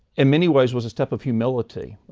in many ways was a step of humility,